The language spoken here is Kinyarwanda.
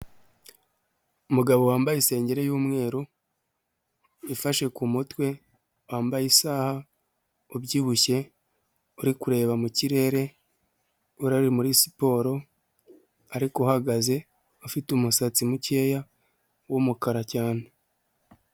Umugabo wambaye isenge y'umweru ufashe ku mutwe wambaye isaha ubyibushye uri kureba mu kirere, wari uri muri siporo ariko uhagaze afite umusatsi mukeya w'umukara cyane.